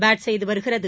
bad செய்துவருகிறது